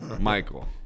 Michael